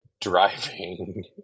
driving